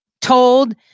told